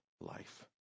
life